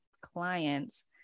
clients